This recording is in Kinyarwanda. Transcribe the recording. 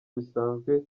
bisanzwe